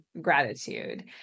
gratitude